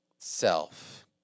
Self